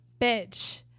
bitch